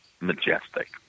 majestic